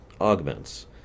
augments